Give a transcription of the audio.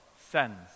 sends